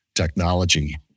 Technology